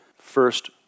first